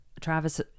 Travis